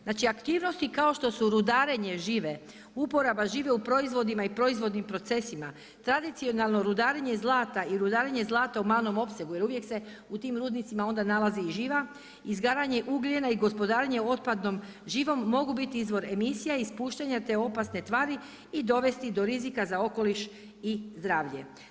Znači aktivnosti kao što su rudarenje žive, uporaba žive u proizvodima i proizvodnim procesima, tradicionalno rudarenje zlata i rudarenje zlata u malom opsegu jer uvijek se u tim rudnicima onda nalazi i živa, izgaranje ugljena i gospodarenje otpadnom živom mogu biti izvor emisija ispuštanja te opasne tvari i dovesti do rizika za okoliš i zdravlje.